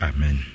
Amen